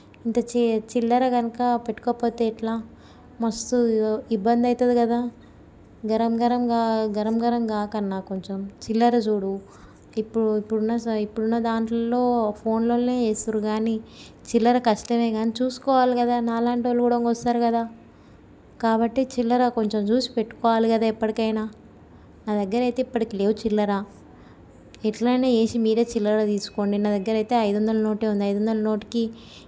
ఇంత చె చిల్లర కనుక పెట్టుకోకపోతే ఎట్లా మస్తు ఇబ్బంది అవుతుంది కదా గరం గరంగా గరం గరం గాకన్న కొంచెం చిల్లర చూడు ఇప్పుడు ఇప్పుడు ఉన్న ఇప్పుడు ఉన్న దాంట్లలో ఫోన్లోనే చేస్తుర్రు కానీ చిల్లర కష్టమే కానీ చూసి పెట్టుకోవాలి కదా నాలాంటి వాళ్ళు కూడా ఇంకా వస్తారు కదా కాబట్టి చిల్లర కొంచెం చూసి పెట్టుకోవాలి కదా ఎప్పటికైనా నా దగ్గర అయితే ఇప్పటికి లేవు చిల్లర ఎలా అయినా చేసి మీరే చిల్లర తీసుకోండి నా దగ్గర అయితే ఐదు వందల నోటే ఉంది ఐదు వందల నోటుకి